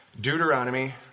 Deuteronomy